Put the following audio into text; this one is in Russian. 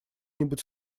нибудь